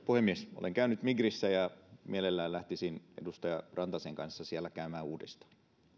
puhemies olen käynyt migrissä ja mielelläni lähtisin edustaja rantasen kanssa siellä käymään uudestaan niin